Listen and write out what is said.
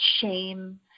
shame